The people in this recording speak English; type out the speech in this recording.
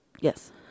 Yes